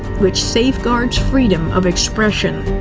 which safeguards freedom of expression.